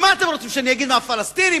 ומה אתם רוצים שאני אגיד, מה, הפלסטינים?